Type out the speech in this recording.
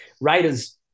Raiders